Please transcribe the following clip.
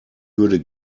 würde